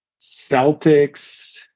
Celtics